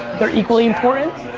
they're equally important.